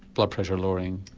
blood pressure lowering.